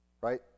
Right